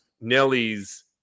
Nelly's